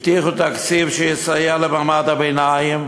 הבטיחו תקציב שיסייע למעמד הביניים,